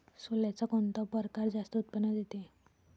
सोल्याचा कोनता परकार जास्त उत्पन्न देते?